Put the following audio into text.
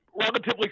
relatively